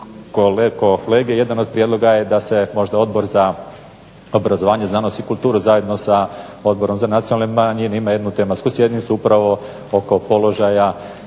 kolege. Jedan od prijedloga je da se možda Odbor za obrazovanje, znanosti i kulturu, zajedno sa Odbor za nacionalne manjine ima jednu tematsku sjednicu upravo oko položaja